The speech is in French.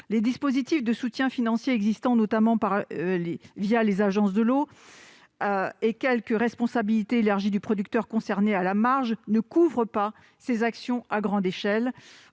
Les dispositifs de soutien financier existants, notamment les agences de l'eau et quelques responsabilités élargies du producteur (REP), qui ne sont concernées qu'à la marge, ne couvrent pas ces actions à grande échelle.